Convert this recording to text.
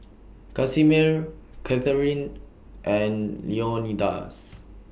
Casimer Katharine and Leonidas